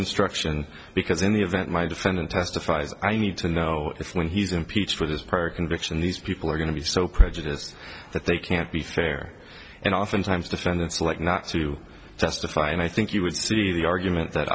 instruction because in the event my defendant testifies i need to know if when he's impeached for this park conviction these people are going to be so prejudiced that they can't be fair and oftentimes defendants like not to testify and i think you would see the argument